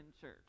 church